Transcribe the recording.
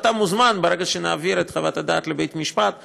וברגע שנעביר את חוות הדעת לבית-המשפט נשמח,